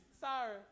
Sorry